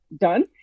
done